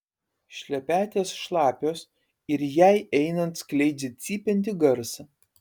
šlepetės šlapios ir jai einant skleidžia cypiantį garsą